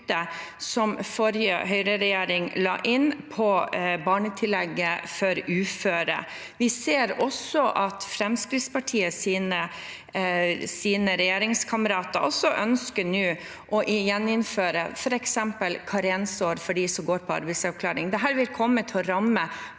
som forrige Høyre-regjering la inn i barnetillegget for uføre. Vi ser også at Fremskrittspartiet sine regjeringskamerater nå ønsker å gjeninnføre f.eks. karensår for dem som går på arbeidsavklaring. Dette vil komme til å ramme